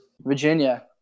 Virginia